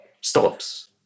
stops